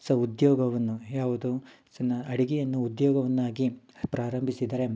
ಸಹ ಉದ್ಯೋಗವನ್ನು ಯಾವುದು ಸೊ ನಾ ಅಡುಗೆಯನ್ನು ಉದ್ಯೋಗವನ್ನಾಗಿ ಪ್ರಾರಂಭಿಸಿದರೆ